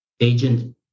agent